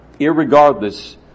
irregardless